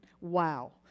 Wow